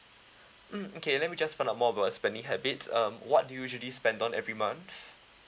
mm okay let me just find out more about your spending habits um what do you usually spend on every month